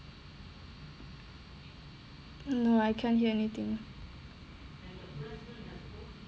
no I can't hear anything